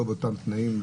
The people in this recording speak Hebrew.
לא באותם תנאים,